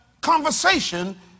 conversation